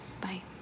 Bye